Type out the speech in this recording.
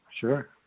Sure